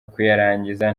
kuyarangiza